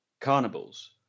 carnivals